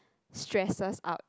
stresses out